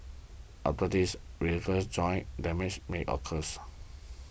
after this reverse joint damage may occurs